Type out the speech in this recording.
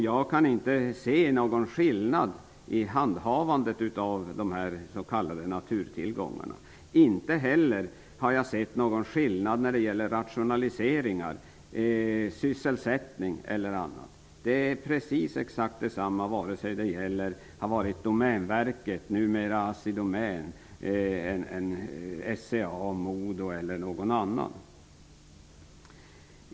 Jag kan inte se någon skillnad i handhavandet av de s.k. naturtillgångarna. Inte heller har jag sett någon skillnad när det gällt rationaliseringar, sysselsättning eller något annat. Det är exakt detsamma vare sig det gäller Domänverket, numera Assidomän, SCA, Modo eller någon annan.